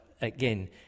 Again